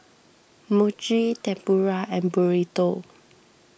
Mochi Tempura and Burrito